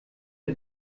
der